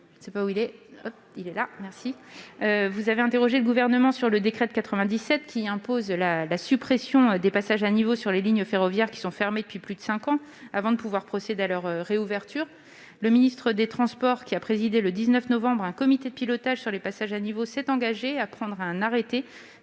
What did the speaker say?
présentant l'amendement n° II-498, M. Jacquin a interrogé le Gouvernement sur le décret de 1997 qui impose la suppression des passages à niveau sur les lignes ferroviaires fermées depuis plus de cinq ans avant de pouvoir procéder à leur réouverture. Le ministre délégué chargé des transports, qui a présidé le 19 novembre un comité de pilotage sur les passages à niveau, s'est engagé à prendre un arrêté